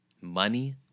money